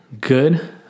good